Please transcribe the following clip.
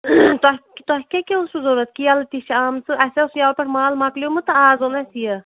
تۅہہِ تۅہہِ کیٛاہ کیٛاہ اوسوٕ ضروٗرت کیٚلہٕ تہِ چھِ آمژٕ اَسہِ اوس یَوٕ پیٚٹھ مال مۅکلیوٚمُت تہٕ اَز اوٚن اَسہِ یہِ